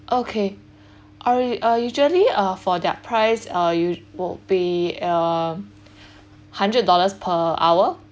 okay uh uh usually uh for their price uh it will be uh hundred dollars per hour